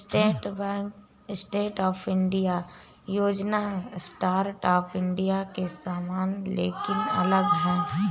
stand up India योजना startup India के समान लेकिन अलग है